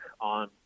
on